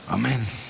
אמן.